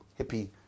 hippie